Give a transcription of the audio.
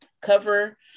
cover